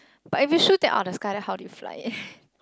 but if you shoot it out of the sky then how do you fly it